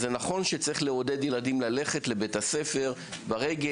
אז זה נכון שצריך לעודד ילדים ללכת לבית הספר ברגל,